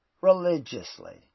religiously